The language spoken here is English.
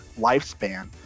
lifespan